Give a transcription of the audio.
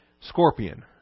scorpion